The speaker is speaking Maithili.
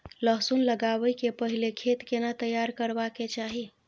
लहसुन लगाबै के पहिले खेत केना तैयार करबा के चाही?